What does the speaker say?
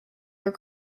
were